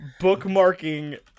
bookmarking